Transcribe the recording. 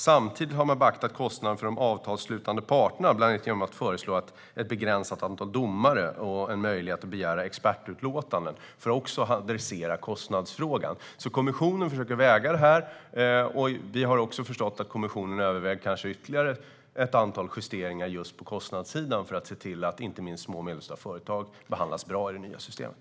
Samtidigt har man beaktat kostnaderna för de avtalsslutande parterna, bland annat genom att föreslå ett begränsat antal domare och en möjlighet att begära expertutlåtanden för att också dressera kostnadsfrågan. Kommissionen försöker alltså väga in detta. Vi har förstått att kommissionen överväger kanske ytterligare ett antal justeringar på kostnadssidan för att se till att inte minst små och medelstora företag behandlas bra i det nya systemet.